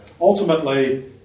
Ultimately